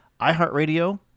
iHeartRadio